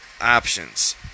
options